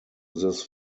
this